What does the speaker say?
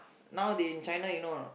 now they in China you know or not